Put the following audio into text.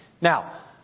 Now